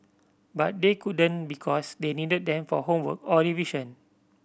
but they couldn't because they needed them for homework or revision